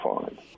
fine